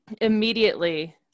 immediately